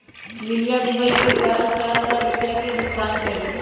लिलीया Google pay द्वारा चार हजार रुपिया के भुगतान कई लय